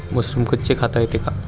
Mushroom कच्चे खाता येते का?